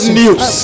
news